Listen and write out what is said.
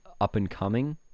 up-and-coming